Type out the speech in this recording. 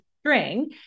string